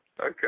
Okay